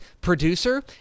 producer